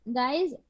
guys